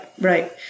right